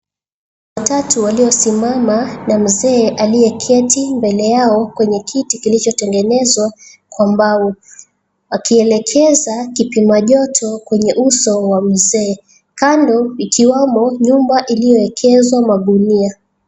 Watatu waliosimama na mzee aliyeketi mbele yao kwenye kiti kilichotengenezwa kwa mbao. Akielekeza kipima joto kwenye uso wa mzee. Kando ikiwamo nyumba iliyowekezwa magunia.